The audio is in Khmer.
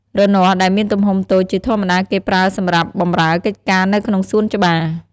រនាស់ដែលមានទំហំតូច ជាធម្មតាគេប្រើសម្រាប់បម្រើកិច្ចការនៅក្នុងសួនច្បារ។